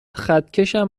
خطکشم